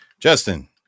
Justin